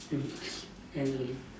annual leave annual leave